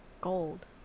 gold